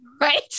Right